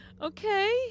Okay